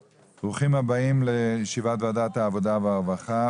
ברוכים הבאים לישיבת ועדת העבודה והרווחה,